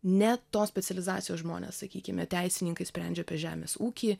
ne tos specializacijos žmones sakykime teisininkai sprendžia apie žemės ūkį